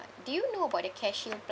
do you know about the CareShield